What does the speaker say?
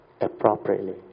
appropriately